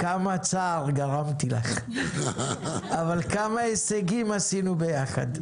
כמה צער גרמתי לך, אבל כמה הישגים עשינו ביחד.